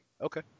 Okay